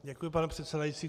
Děkuji, pane předsedající.